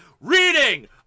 reading